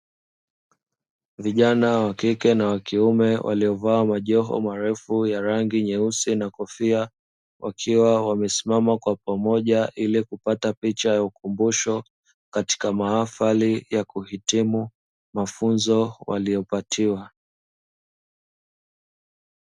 Vijana wa kike na wa kiume waliovaa majoho marefu ya rangi nyeusi na kofia, wakiwa wamesimama kwa pamoja ili kupata picha ya ukumbusho katika mahafali ya kuhitimu mafunzo waliyopatiwa.